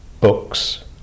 books